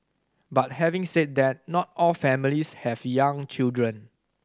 but having said that not all families have young children